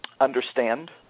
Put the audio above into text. understand